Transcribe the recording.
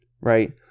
right